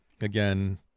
Again